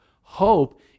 Hope